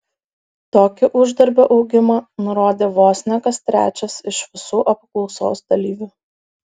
tokį uždarbio augimą nurodė vos ne kas trečias iš visų apklausos dalyvių